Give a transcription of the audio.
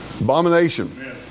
Abomination